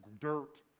dirt